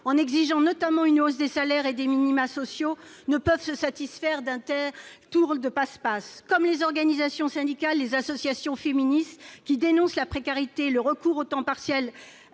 en exigeant notamment une hausse des salaires et des minima sociaux, ne peuvent se satisfaire d'un tel tour de passe-passe, comme les organisations syndicales et les associations féministes qui dénoncent la précarité et le retour au temps partiel